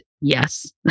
yes